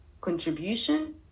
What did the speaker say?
contribution